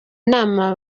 nama